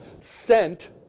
sent